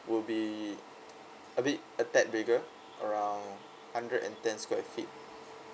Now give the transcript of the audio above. will be a bit a tad bigger around hundred and ten square feet